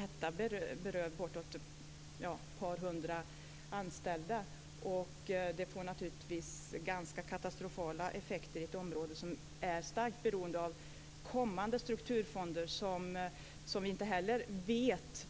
Detta berör omkring 200 anställda, och det får katastrofala effekter i ett område som är starkt beroende av kommande strukturfonder som vi inte heller vet